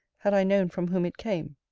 had i known from whom it came.